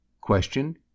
Question